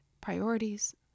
priorities